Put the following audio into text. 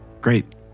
Great